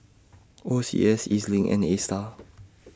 O C S Ez LINK and ASTAR